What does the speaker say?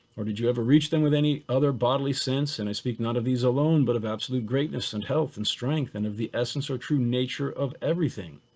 or did you ever reach them with any other bodily sense? and i speak not of these alone but of absolute greatness and health and strength and of the essence our true nature of everything.